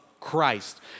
Christ